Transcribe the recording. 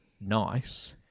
nice